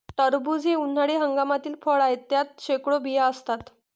टरबूज हे उन्हाळी हंगामातील फळ आहे, त्यात शेकडो बिया असतात